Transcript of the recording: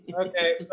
Okay